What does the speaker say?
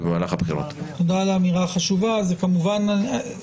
אנחנו עסוקים בלשכנע חברי ממשלה שנתחיל לפחות